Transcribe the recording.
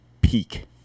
peak